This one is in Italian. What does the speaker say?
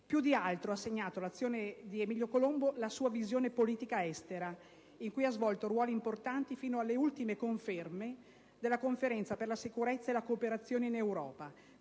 Più di altro ha segnato l'azione di Emilio Colombo la sua visione di politica estera, in cui ha svolto ruoli importanti fino alle ultime conferme della Conferenza per la sicurezza e la cooperazione in Europa,